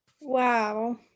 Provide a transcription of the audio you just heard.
Wow